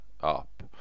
up